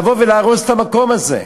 לבוא ולהרוס את המקום הזה?